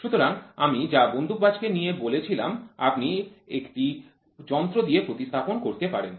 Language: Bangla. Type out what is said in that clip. সুতরাং আমি যা বন্দুকবাজ কে নিয়ে বলেছিলাম আপনি এটি একটি যন্ত্র দিয়ে প্রতিস্থাপন করতে পারেন